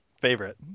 favorite